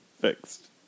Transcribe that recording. fixed